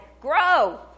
Grow